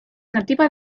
nativa